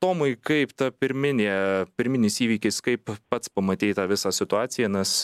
tomai kaip ta pirminė pirminis įvykis kaip pats pamatei tą visą situaciją nes